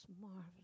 marvelous